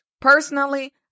personally